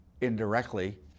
indirectly